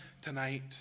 tonight